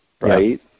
Right